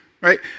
right